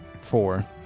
Four